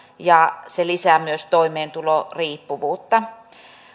ja se lisää myös toimeentulotukiriippuvuutta